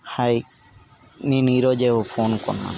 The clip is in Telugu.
హాయ్ నేను ఈ రోజు ఓ ఫోన్ కొన్నాను